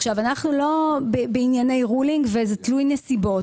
עכשיו, אנחנו לא בענייני רולינג וזה תלוי נסיבות.